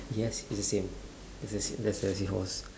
yes it's the same there's a there's a seahorse